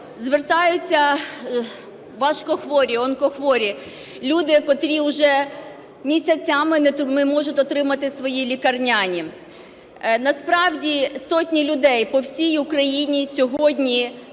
звертаються важкохворі, онкохворі, люди, котрі уже місяцями не можуть отримати свої лікарняні. Насправді сотні людей по всій Україні сьогодні